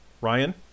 ryan